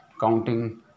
counting